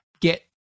Get